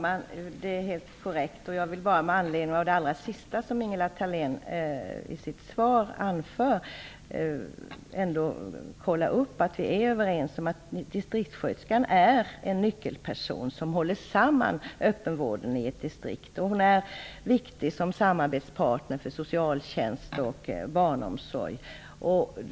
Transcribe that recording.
Fru talman! Det är helt korrekt. Med anledning av det som Ingela Thalén anförde i slutet av sitt svar vill jag ändå kolla upp att vi är överens. Distriktssköterskan är en nyckelperson som håller samman öppenvården i ett distrikt. Hon är viktig som samarbetspartner för socialtjänst och barnomsorg.